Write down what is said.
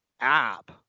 app